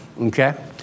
okay